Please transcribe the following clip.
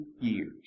years